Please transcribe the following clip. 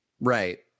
right